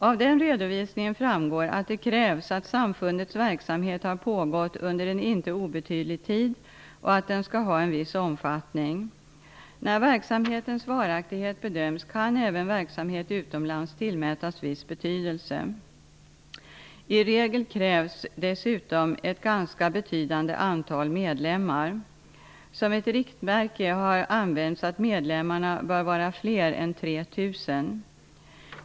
Av den redovisningen framgår att det krävs att samfundets verksamhet har pågått under en inte obetydlig tid och den skall ha en viss omfattning. När verksamhetens varaktighet bedöms kan även verksamhet utomlands tillmätas viss betydelse. I regel krävs dessutom ett ganska betydande antal medlemmar. Som ett riktmärke har använts att medlemmarna bör vara fler än 3 000.